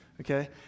Okay